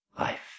life